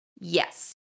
Yes